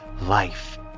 life